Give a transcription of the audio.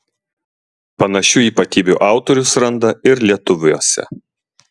panašių ypatybių autorius randa ir lietuviuose